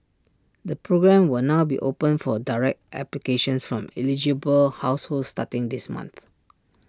the programme will now be open for direct applications from eligible households starting this month